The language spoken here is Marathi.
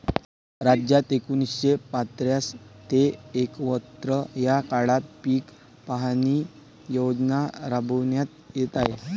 राज्यात एकोणीसशे पन्नास ते एकवन्न या काळात पीक पाहणी योजना राबविण्यात येत आहे